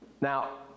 Now